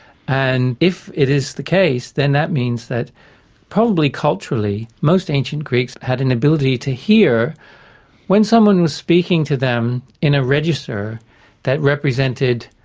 and if it is the case, then that means that probably culturally most ancient greeks had an ability to hear when someone was speaking to them in a register that represented,